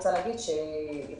מבקשת להבהיר שני דברים.